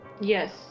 Yes